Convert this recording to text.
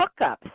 hookups